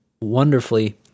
wonderfully